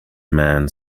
man